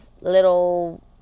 little